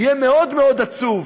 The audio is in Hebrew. יהיה מאוד מאוד עצוב